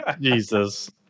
Jesus